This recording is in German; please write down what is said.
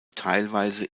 teilweise